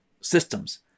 systems